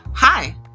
Hi